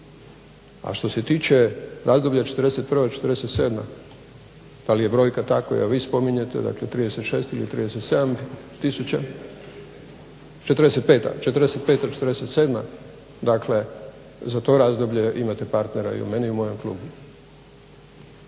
A što se tiče razdoblja '41.-'47. da li je brojka ta koju vi spominjete, dakle 36 ili 37 tisuća, '45.-'47., dakle za to razdoblje imate partnera i u meni i u mojem klubu.